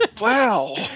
Wow